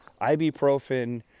ibuprofen